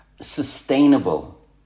sustainable